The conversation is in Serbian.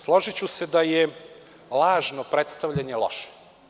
Složiću se da je lažno predstavljanje loše.